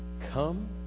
Come